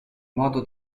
modo